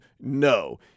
no